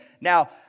now